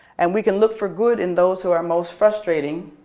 and we can look for good in those who are most frustrating.